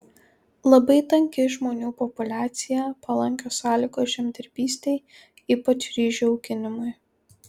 labai tanki žmonių populiacija palankios sąlygos žemdirbystei ypač ryžių auginimui